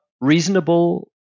reasonable